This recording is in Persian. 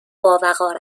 باوقار